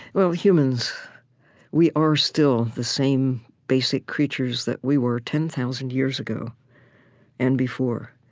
well, humans we are still the same basic creatures that we were, ten thousand years ago and before,